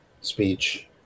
speech